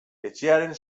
etxearen